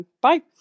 Bye